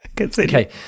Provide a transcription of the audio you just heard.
Okay